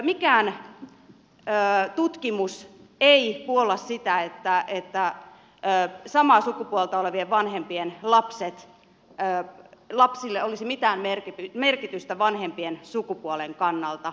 mikään tutkimus ei puolla sitä että samaa sukupuolta olevien vanhempien lapsille olisi mitään merkitystä vanhempien sukupuolella